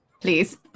Please